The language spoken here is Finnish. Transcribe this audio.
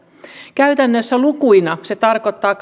käytännössä lukuina se tarkoittaa